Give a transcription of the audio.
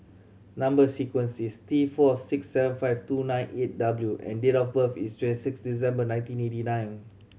number sequence is T four six seven five two nine eight W and date of birth is twenty six December nineteen eighty nine